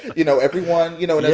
you know, everyone you know,